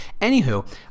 anywho